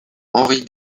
henri